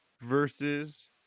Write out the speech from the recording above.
Versus